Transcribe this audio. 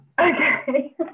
okay